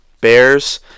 Bears